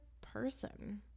person